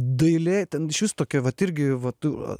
dailė ten išvis tokia vat irgi va tu